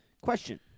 Question